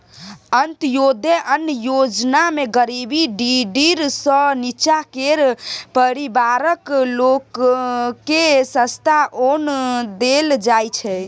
अंत्योदय अन्न योजनामे गरीबी डिडीर सँ नीच्चाँ केर परिबारक लोककेँ सस्ता ओन देल जाइ छै